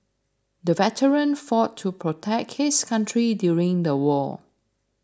the veteran fought to protect his country during the war